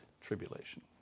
tribulation